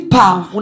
power